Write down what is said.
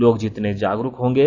लोग जितने जागरूक होंगे